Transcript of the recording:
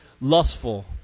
lustful